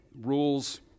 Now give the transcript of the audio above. rules